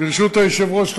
ברשות היושב-ראש,